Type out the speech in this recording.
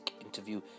interview